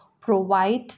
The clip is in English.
provide